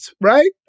right